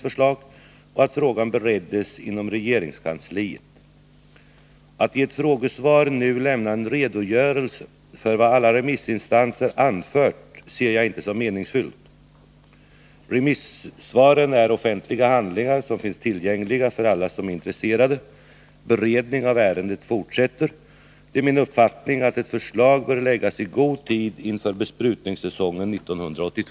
Jag anhåller därför att statsrådet närmare redogör i kammaren för de skäl som gett anledning till fördröjningen av propositionen samt lämnar en redogörelse för remissutfallet.